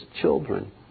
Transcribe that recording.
children